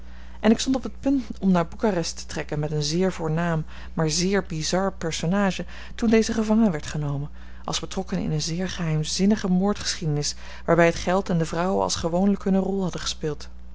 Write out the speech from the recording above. en ik stond op het punt om naar bucharest te trekken met een zeer voornaam maar zeer bizar personage toen deze gevangen werd genomen als betrokken in eene zeer geheimzinnige moordgeschiedenis waarbij het geld en de vrouwen als gewoonlijk hunne rol hadden gespeeld